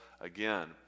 again